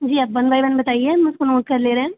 जी आप one by one बताइए हम उसको नोट कर ले रहे है